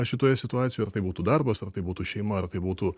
šitoje situacijoje ar tai būtų darbas ar tai būtų šeima ar tai būtų